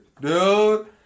dude